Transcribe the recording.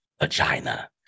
vagina